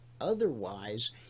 otherwise